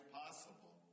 possible